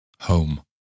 Home